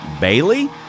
Bailey